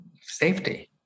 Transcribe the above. safety